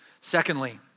Secondly